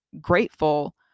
grateful